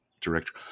director